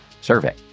survey